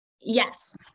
Yes